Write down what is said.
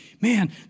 Man